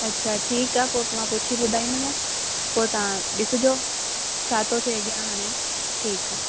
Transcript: अच्छा ठीकु आहे पोइ मां पुछी ॿुधाईंदमि पोइ तव्हां ॾिसजो छातो थिए अॻियां हाणे ठीकु आहे